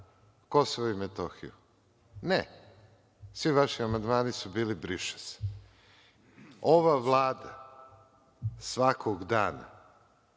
Kosovo i Metohiju? Ne, svi vaših amandmani su bili briše se. Ova Vlada svakog dana